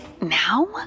now